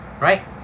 right